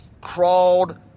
crawled